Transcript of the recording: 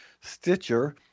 Stitcher